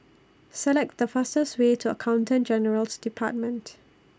Select The fastest Way to Accountant General's department